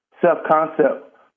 self-concept